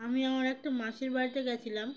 আমি আমার একটা মাসির বাড়িতে গিয়েছিলাম